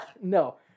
no